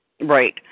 Right